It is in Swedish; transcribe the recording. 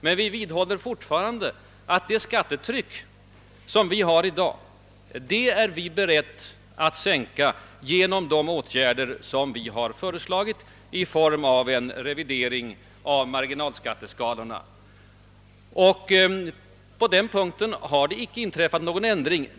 Men även det skattetryck, som vi har att räkna med i dag, är högerpartiet berett att sänka genom en revidering av marginalskatteskalorna. På denna punkt har vi således inte ändrat oss.